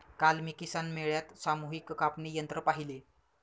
काल मी किसान मेळ्यात सामूहिक कापणी यंत्र पाहिले